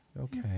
Okay